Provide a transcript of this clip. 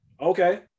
Okay